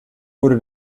wurde